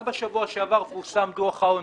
רק בשבוע שעבר פורסם דוח העוני,